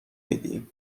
میدی